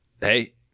Hey